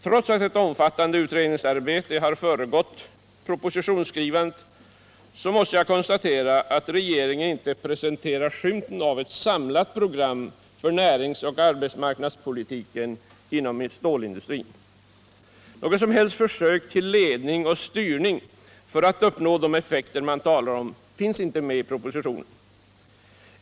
Trots att ett omfattande utredningsarbete har föregått propositionsskrivandet måste jag konstatera, att regeringen inte presenterar skymten av ett samlat program för närings-och arbetsmarknadspolitiken inom stålindustrin. Något som helst försök till ledning och styrning för att uppnå de effekter man talar om finns inte med i propositionen.